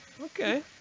okay